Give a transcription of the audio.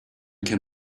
can